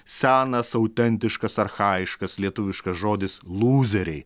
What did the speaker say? senas autentiškas archajiškas lietuviškas žodis lūzeriai